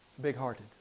Big-hearted